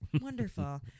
Wonderful